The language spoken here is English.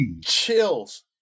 chills